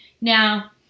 Now